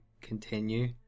continue